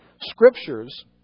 scriptures